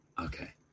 Okay